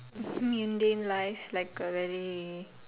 mundane life like a very